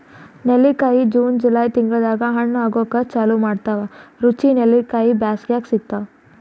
ನೆಲ್ಲಿಕಾಯಿ June July ತಿಂಗಳ್ದಾಗ್ ಹಣ್ಣ್ ಆಗೂಕ್ ಚಾಲು ಮಾಡ್ತಾವ್ ರುಚಿ ನೆಲ್ಲಿಕಾಯಿ ಬ್ಯಾಸ್ಗ್ಯಾಗ್ ಸಿಗ್ತಾವ್